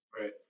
Right